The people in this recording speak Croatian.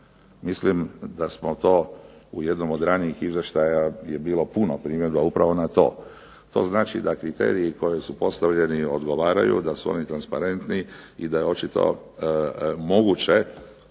Mislim da smo to u jednom od ranijih izvještaja je bilo puno primjedbi upravo na to. To znači da kriteriji koji su postavljeni odgovaraju, da su oni transparentni i da je očito moguće